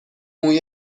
موی